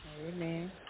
Amen